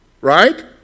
Right